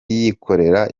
yikorera